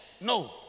No